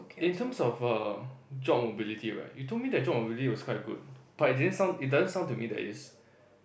in terms of err job mobility right you told me that job mobility was quite good but it didn't sound it doesn't sound to me that it is